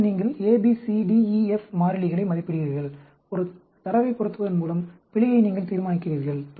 பின்னர் நீங்கள் A B C D E F மாறிலிகளை மதிப்பிடுகிறீர்கள் தரவைப் பொருத்துவதன் மூலம் பிழையை நீங்கள் தீர்மானிக்கிறீர்கள்